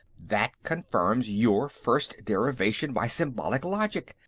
that confirms your first derivation by symbolic logic,